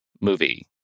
movie